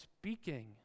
speaking